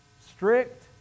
strict